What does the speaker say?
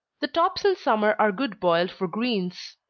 the tops in summer are good boiled for greens.